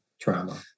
trauma